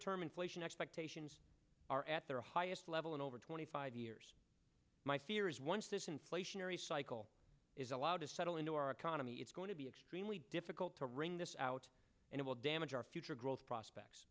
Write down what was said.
term inflation expectations are at their highest level in over twenty five years my fear is once this inflationary cycle is allowed to settle into our economy it's going to be extremely difficult to wring this out and it will damage our future growth prospects